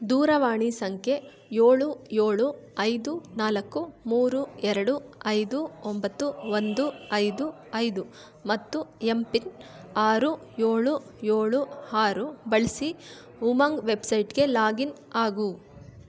ದೂರವಾಣಿ ಸಂಖ್ಯೆ ಏಳು ಏಳು ಐದು ನಾಲ್ಕು ಮೂರು ಎರಡು ಐದು ಒಂಬತ್ತು ಒಂದು ಐದು ಐದು ಮತ್ತು ಎಂ ಪಿನ್ ಆರು ಏಳು ಏಳು ಆರು ಬಳಸಿ ಉಮಂಗ್ ವೆಬ್ಸೈಟ್ಗೆ ಲಾಗಿನ್ ಆಗು